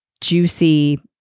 juicy